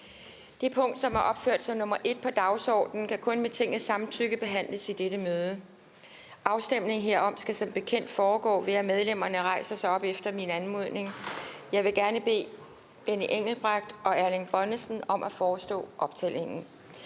Det punkt, som er opført som nr. 1 på dagsordenen, kan kun med Tingets samtykke behandles i dette møde. Kl. 14:46 Afstemning Formanden (Pia Kjærsgaard): Afstemning herom skal som bekendt foregå, ved at medlemmerne rejser sig op efter min anmodning. Jeg vil gerne bede Benny Engelbrecht og Erling Bonnesen om at forestå optællingen.